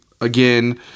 again